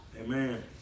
Amen